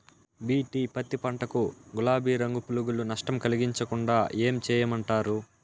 BT పత్తి పంట కు, గులాబీ రంగు పులుగులు నష్టం కలిగించకుండా ఏం చేయమంటారు?